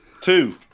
Two